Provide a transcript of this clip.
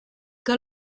que